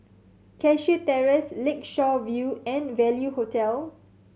Cashew Terrace Lakeshore View and Value Hotel